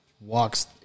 walks